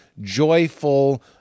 joyful